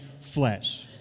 flesh